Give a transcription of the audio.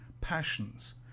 passions